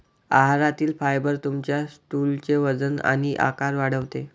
आहारातील फायबर तुमच्या स्टूलचे वजन आणि आकार वाढवते